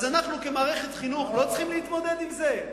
אז אנחנו כמערכת חינוך לא צריכים להתמודד עם זה?